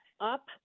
up